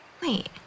Wait